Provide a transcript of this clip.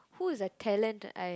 who is a talent I